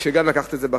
וגם לקחת את זה בחשבון.